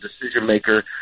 decision-maker